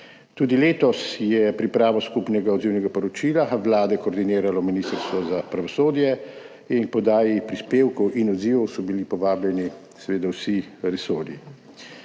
Tudi letos je pripravo skupnega odzivnega poročila Vlade koordiniralo Ministrstvo za pravosodje in k oddaji prispevkov in odzivov so bili seveda povabljeni vsi resorji.